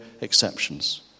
exceptions